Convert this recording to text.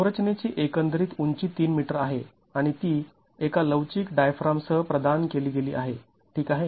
संरचनेची एकंदरीत उंची ३ मीटर आहे आणि ती एका लवचिक डायफ्राम सह प्रदान केली गेली आहे ठीक आहे